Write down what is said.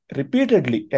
repeatedly